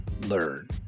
learn